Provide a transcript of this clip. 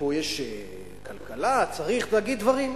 פה יש כלכלה, צריך להגיד דברים.